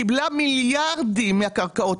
קיבלה מיליארדים מהקרקעות.